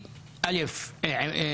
אלא עם מי?